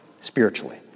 spiritually